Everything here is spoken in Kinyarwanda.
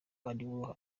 ariwe